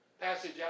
passage